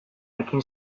ekin